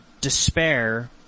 Despair